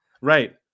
Right